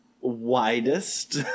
Widest